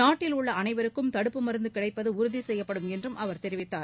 நாட்டில் உள்ள அனைவருக்கும் தடுப்பு மருந்து கிடைப்பது உறுதி செய்யப்படும் என்றும் அவர் தெரிவித்தார்